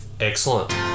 Excellent